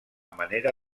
manera